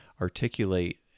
articulate